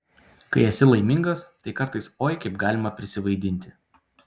kai esi laimingas tai kartais oi kaip galima prisivaidinti